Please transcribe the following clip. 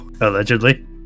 allegedly